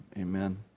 amen